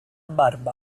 barba